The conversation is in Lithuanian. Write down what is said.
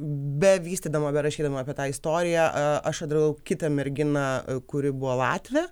bevystydama berašydama apie tą istoriją aš atradau kitą merginą kuri buvo latvė